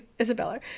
Isabella